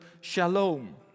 shalom